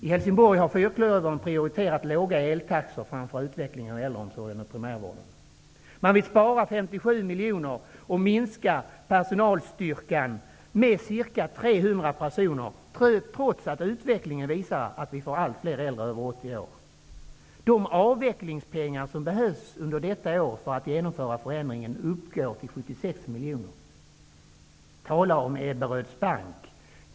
I Helsingborg har Fyrklövern prioriterat låga eltaxor framför utvecklingen av äldreomsorgen och primärvården. Man vill spara 57 miljoner och minska personalstyrkan med ca 300 personer, trots att utvecklingen visar att vi får allt fler äldre över 80 år. De avvecklingspengar som behövs under detta år för att genomföra förändringen uppgår till 76 miljoner. Tala om Ebberöds bank!